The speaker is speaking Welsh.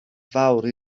fawr